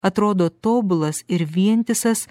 atrodo tobulas ir vientisas